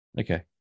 Okay